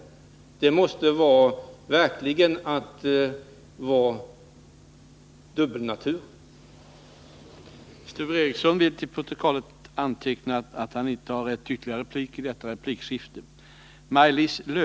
Då måste man verkligen vara en dubbelnatur. kall etableras i länder som kanske trots allt kan ha väsentligt